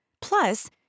Plus